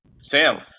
Sam